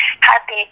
happy